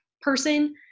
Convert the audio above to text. person